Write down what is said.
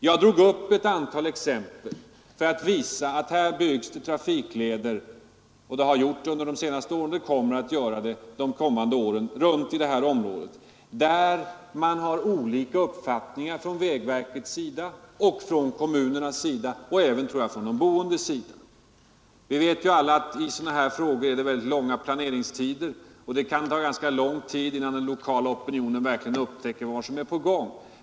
Jag drog upp ett antal exempel för att visa att här byggs trafikleder — det har gjorts under de senaste åren och det kommer att göras under de kommande åren — om vilkas lämplighet man har olika uppfattningar från vägverkets och kommunens sida och även, tror jag, från de boendes sida. Vi vet alla att det i sådana här frågor är väldigt långa planeringstider, och det kan ta ganska lång tid innan den lokala opinionen verkligen upptäcker vad som är på gång.